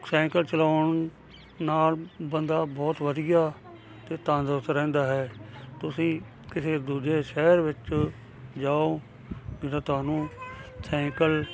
cycle ਚਲਾਉਣ ਨਾਲ ਬੰਦਾ ਬਹੁਤ ਵਧੀਆ ਅਤੇ ਤੰਦਰੁਸਤ ਰਹਿੰਦਾ ਹੈ ਤੁਸੀਂ ਕਿਸੇ ਦੂਜੇ ਸ਼ਹਿਰ ਵਿੱਚ ਜਾਉ ਜਿਹੜਾ ਤੁਹਾਨੂੰ ਸੈਂਕਲ